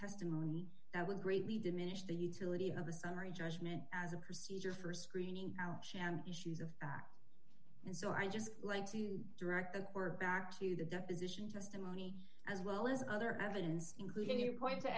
testimony that would greatly diminish the utility of the summary judgment as a procedure for screening out sham issues of fact and so i just like to direct that we're back to the deposition testimony as well as other evidence including a point